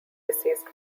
deceased